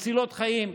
מצילות החיים,